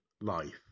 life